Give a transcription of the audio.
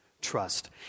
trust